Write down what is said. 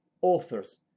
authors